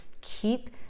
keep